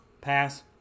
Pass